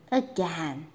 again